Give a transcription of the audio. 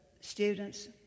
students